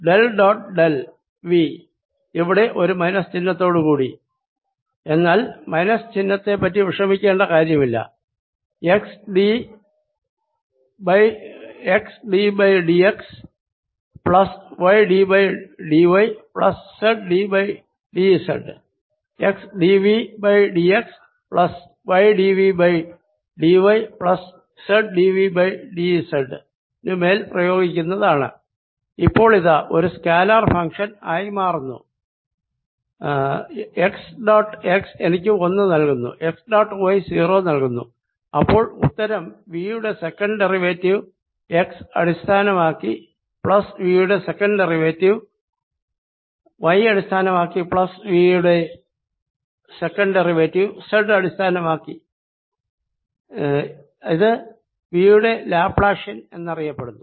del dot del V ഇവിടെ ഒരു minus ചിഹ്നത്തോട് കൂടി എന്നാൽ മൈനസ് ചിഹ്നത്തെ പറ്റി വിഷമിക്കേണ്ട കാര്യമില്ല x d by d x plus y d by d y plus z d by d z x d V by d x plus y d V by d y plus z d V by d z നുമേൽ പ്രയോഗിക്കുന്നത് ആണ് ഇപ്പോളിതാ ഒരു scalar function ആയി മാറുന്നു x dot x എനിക്ക് 1 നൽകുന്നു x dot y 0 നൽകുന്നു അപ്പോൾ ഉത്തരം V യുടെ സെക്കന്റ് ഡെറിവേറ്റീവ് x അടിസ്ഥാനമാക്കി പ്ലസ് V യുടെ സെക്കന്റ് ഡെറിവേറ്റീവ് y അടിസ്ഥാനമാക്കി പ്ലസ് V യുടെ സെക്കന്റ് ഡെറിവേറ്റീവ് z അടിസ്ഥാനമാക്കി ഇത് V യുടെ ലാപ്ലാഷ്യൻ എന്നറിയപ്പെടുന്നു